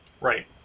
Right